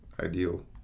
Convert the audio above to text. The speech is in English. ideal